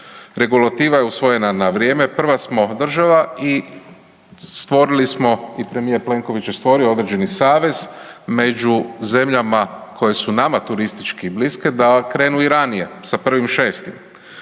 Regulativa je usvojena na vrijeme, prva smo država i stvorili smo i premijer Plenković je stvorio određeni savez među zemljama koje su nama turistički bliske da krenu i ranije sa 1.6., tako